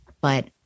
but-